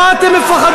מה אתה מפחדים?